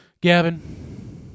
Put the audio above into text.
Gavin